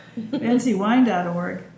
NCwine.org